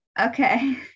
Okay